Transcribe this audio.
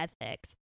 ethics